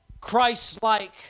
Christ-like